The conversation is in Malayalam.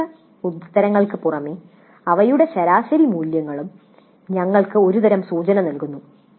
നിർദ്ദിഷ്ട ഉത്തരങ്ങൾക്ക് പുറമേ അവയുടെ ശരാശരി മൂല്യങ്ങളും നിങ്ങൾക്ക് ഒരുതരം സൂചന നൽകുന്നു